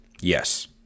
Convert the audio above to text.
Yes